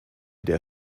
der